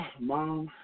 mom